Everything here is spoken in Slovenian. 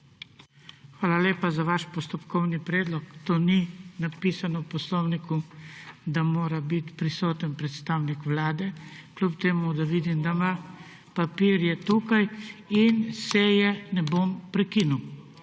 Hvala lepa za vaš postopkovni predlog. To ni napisano v poslovniku, da mora biti prisoten predstavnik vlade. Kljub temu, da vidim, da ima papirje tukaj. In seje ne bom prekinil.